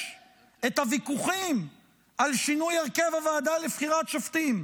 את הוויכוחים על שינוי הרכב הוועדה לבחירת שופטים,